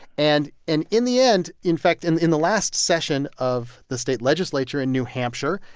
and in in the end in fact, in in the last session of the state legislature in new hampshire,